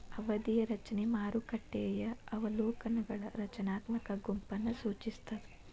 ಅವಧಿಯ ರಚನೆ ಮಾರುಕಟ್ಟೆಯ ಅವಲೋಕನಗಳ ರಚನಾತ್ಮಕ ಗುಂಪನ್ನ ಸೂಚಿಸ್ತಾದ